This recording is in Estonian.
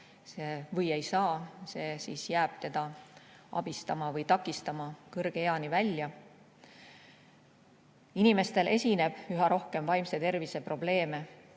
või ei saa, jääb teda abistama või takistama kõrge eani välja. Inimestel esineb üha rohkem vaimse tervise probleeme